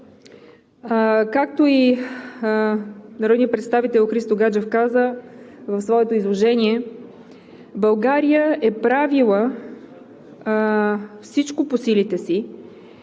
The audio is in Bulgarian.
Както и народният представител Христо Гаджев каза в своето изложение, България е правила всичко по силите си